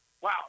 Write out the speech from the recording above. Wow